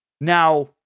Now